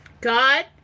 God